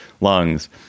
lungs